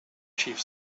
chief